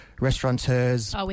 restaurateurs